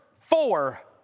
four